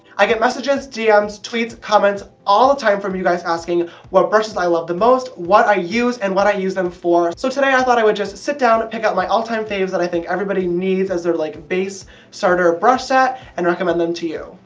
i get messages, dms, tweets, comments, all the time from you guys, asking what brushes i love the most, what i use, and what i use them for. so today i thought i would just sit down and pick out my all time favs that i think everybody needs as their like base starter brush set and recommend them to you.